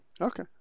Okay